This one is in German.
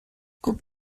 guck